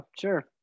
sure